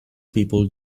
people